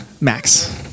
Max